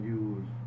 use